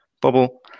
bubble